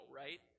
right